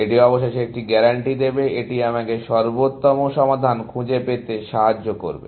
এটি অবশেষে একটা গ্যারান্টি দেবে এটি আমাকে সর্বোত্তম সমাধান খুঁজে পেতে সাহায্য করবে